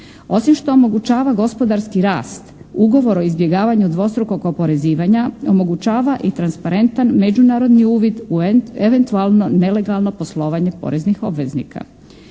Osim što omogućava gospodarski rast ugovor o izbjegavanju dvostrukog oporezivanja omogućava i transparentan međunarodni uvid u eventualno nelegalno poslovanje poreznih obveznika.